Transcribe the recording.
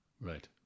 Right